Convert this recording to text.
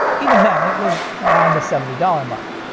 even then it was around the seventy dollars mark.